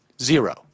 Zero